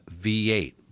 V8